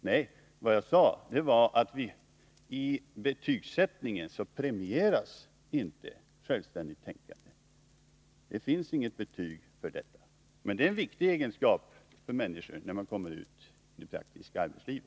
Nej, vad jag sade var att vid betygsätt ningen premieras inte självständigt tänkande. Det finns inget betyg för det. Men det är en viktig egenskap när människor kommer ut i det praktiska arbetslivet.